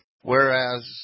Whereas